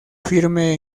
firme